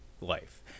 life